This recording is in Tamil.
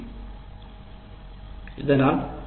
இது ஒரு நல்ல பின்னூட்டு கருத்தாக விளங்குகிறது